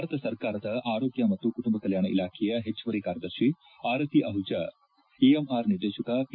ಭಾರತ ಸರ್ಕಾರದ ಆರೋಗ್ಯ ಮತ್ತು ಕುಟುಂಬ ಕಲ್ಯಾಣ ಇಲಾಖೆಯ ಹೆಚ್ಚುವರಿ ಕಾರ್ಯದರ್ಶಿ ಆರತಿ ಆಹುಜಾ ಇಎಂಆರ್ ನಿರ್ದೇಶಕ ಪಿ